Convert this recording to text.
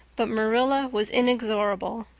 but marilla was inexorable.